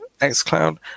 xCloud